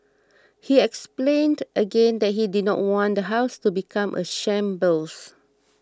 he explained again that he did not want the house to become a shambles